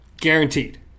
guaranteed